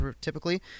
typically